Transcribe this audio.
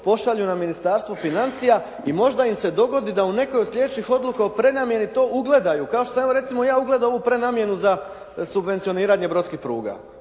pošalju na Ministarstvo financija i možda im se dogodi da u nekoj od sljedećih odluka o prenamijeni to ugledaju kao što sam ja evo recimo ugledao ovu prenamjenu za subvencioniranje brodskih pruga.